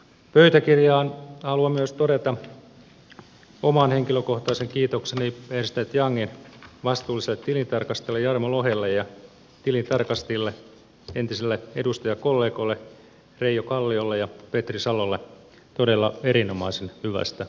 pöytäkirjaan haluan myös todeta oman henkilökohtaisen kiitokseni ernst youngin vastuulliselle tilintarkastajalle jarmo lohelle ja tilintarkastajille entisille edustajakollegoille reijo kalliolle ja petri salolle todella erinomaisen hyvästä yhteistyöstä